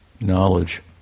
knowledge